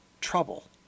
trouble